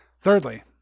thirdly